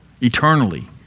eternally